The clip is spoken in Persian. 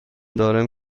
دارم